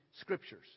Scriptures